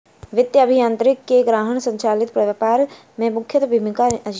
वित्तीय अभियांत्रिकी के ग्राहक संचालित व्यापार में मुख्य भूमिका अछि